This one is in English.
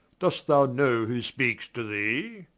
dost thou know who speakes to thee?